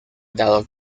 dado